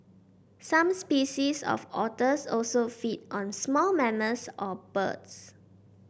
some species of otters also feed on small mammals or birds